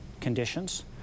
conditions